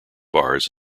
bars